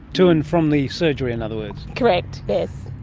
to and from the surgery, in other words. correct, yes.